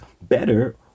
better